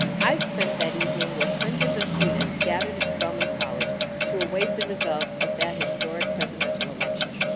i spent that evening with hundreds of students, gathered at spelman college to await the results of that historic presidential election.